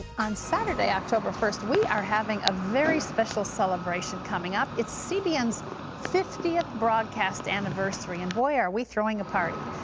on saturday october first, we are having a very special celebration coming up. it's cbn s fiftieth broadcast anniversary. and, boy, are we throwing a party.